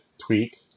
tweak